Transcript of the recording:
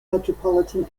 metropolitan